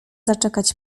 zaczekać